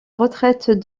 retraite